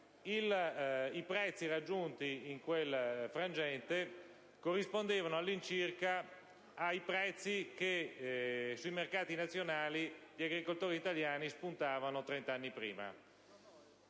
i prezzi raggiunti in quel frangente corrispondevano all'incirca ai prezzi che sui mercati nazionali gli agricoltori italiani spuntavano trent'anni prima: